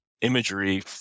imagery